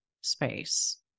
space